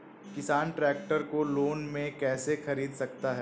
किसान ट्रैक्टर को लोन में कैसे ख़रीद सकता है?